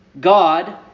God